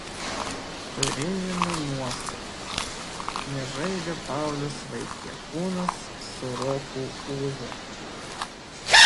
turėjome nuostolių nežaidė paulius vaitiekūnas su roku ūzu